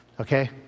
okay